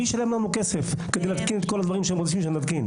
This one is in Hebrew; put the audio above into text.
מי ישלם לנו כסף כדי להתקין את כל הדברים שהם רוצים שנתקין?